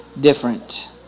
different